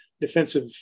defensive